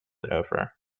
over